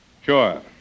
Sure